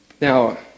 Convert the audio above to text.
Now